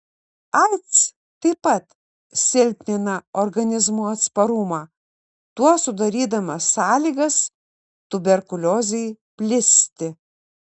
aids taip pat silpnina organizmo atsparumą tuo sudarydama sąlygas tuberkuliozei plisti